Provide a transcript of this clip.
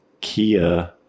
Kia